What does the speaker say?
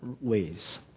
ways